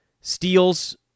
Steals